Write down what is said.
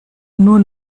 nur